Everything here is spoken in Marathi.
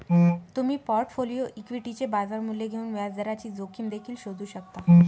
तुम्ही पोर्टफोलिओ इक्विटीचे बाजार मूल्य घेऊन व्याजदराची जोखीम देखील शोधू शकता